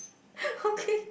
okay